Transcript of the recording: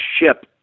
ship